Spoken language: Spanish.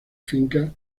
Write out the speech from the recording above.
fincas